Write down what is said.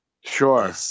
Sure